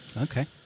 Okay